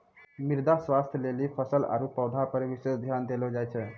मृदा स्वास्थ्य लेली फसल आरु पौधा पर विशेष ध्यान देलो जाय छै